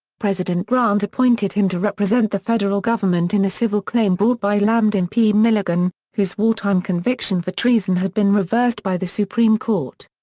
president grant appointed him to represent the federal government in a civil claim brought by lambdin p. milligan, whose wartime conviction for treason had been reversed by the supreme court.